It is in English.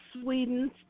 sweden